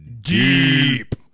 deep